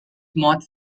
moth